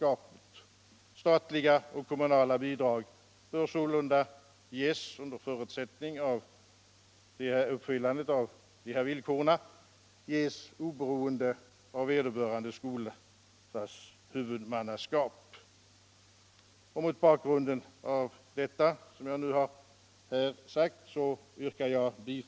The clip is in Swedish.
Statliga och kommunala bidrag bör sålunda ges - under förutsättning av att dessa villkor uppfylls — oberoende av vederbörande skolas huvudmannaskap.